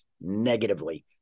negatively